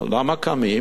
אמרו: למה קמים?